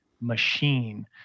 machine